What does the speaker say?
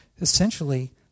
essentially